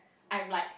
I'm like